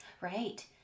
right